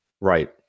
Right